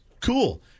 cool